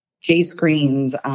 J-Screens